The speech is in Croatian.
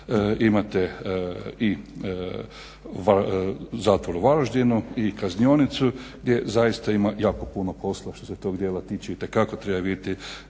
imate i zatvor u Varaždinu i kaznionicu gdje ima zaista jako puno posla što se tog dijela tiče. Itekako treba vidjeti